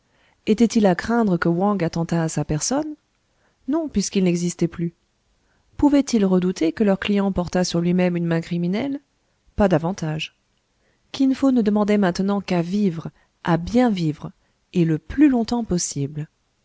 était-il à craindre que wang attentât à sa personne non puisqu'il n'existait plus pouvaient-ils redouter que leur client portât sur lui-même une main criminelle pas davantage kin fo ne demandait maintenant qu'à vivre à bien vivre et le plus longtemps possible